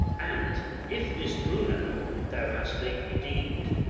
and if this bruno, thou hast late redeem'd,